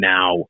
Now